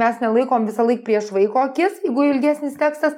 mes nelaikom visąlaik prieš vaiko akis jeigu ilgesnis tekstas